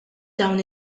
dawn